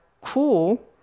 cool